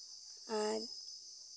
ᱟᱨ